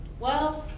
well,